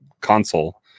console